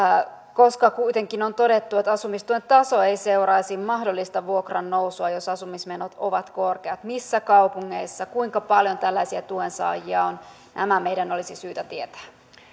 koska kuitenkin on todettu että asumistuen taso ei seuraisi mahdollista vuokran nousua jos asumismenot ovat korkeat missä kaupungeissa kuinka paljon tällaisia tuensaajia on nämä meidän olisi syytä tietää